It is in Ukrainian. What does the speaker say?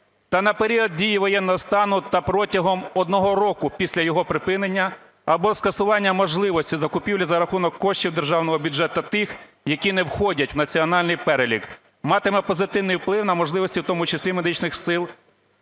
та на період дії воєнного стану та протягом одного року після його припинення, або скасування можливості закупівлі за рахунок коштів державного бюджету тих, які не входять в національний перелік, матиме позитивний вплив на можливості, в тому числі, Медичних сил